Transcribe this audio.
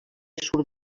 surt